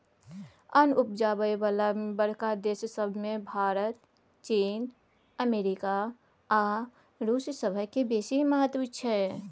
अन्न उपजाबय बला बड़का देस सब मे भारत, चीन, अमेरिका आ रूस सभक बेसी महत्व छै